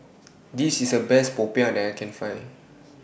This IS The Best Popiah that I Can Find